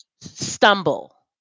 stumble